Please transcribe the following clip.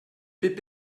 hip